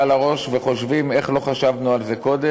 על הראש וחושבים: איך לא חשבנו על זה קודם,